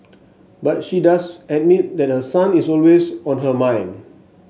but she does admit that her son is always on her mind